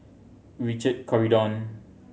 Richard Corridon